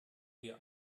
wir